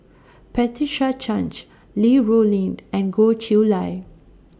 Patricia Chan Li Rulin and Goh Chiew Lye